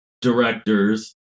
directors